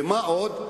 ומה עוד?